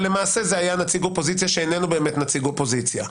אבל למעשה זה היה נציג אופוזיציה שאיננו באמת נציג אופוזיציה.